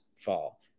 fall